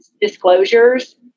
disclosures